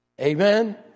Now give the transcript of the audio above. Amen